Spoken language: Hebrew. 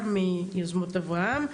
מיוזמות אברהם.